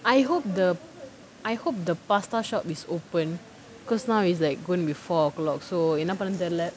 I hope the I hope the pasta shop is open because now is like going to be four O clock so என்ன பன்னனுன்னு தெரில:enna pannanunu therila